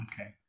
okay